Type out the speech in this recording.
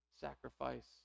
sacrifice